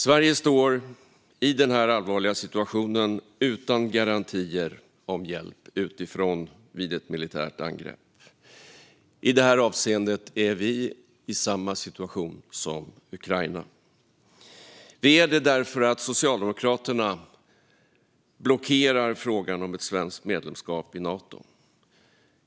Sverige står i den här allvarliga situationen utan garantier om hjälp utifrån vid ett militärt angrepp. I det avseendet är vi i samma situation som Ukraina. Vi är det därför att Socialdemokraterna blockerar frågan om ett svenskt medlemskap i Nato.